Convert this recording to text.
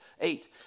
Eight